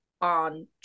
on